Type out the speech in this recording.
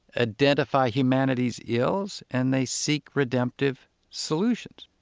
identify humanity's ills, and they seek redemptive solutions.